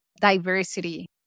diversity